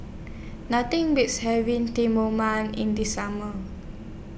Nothing Beats having in The Summer